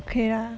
okay lah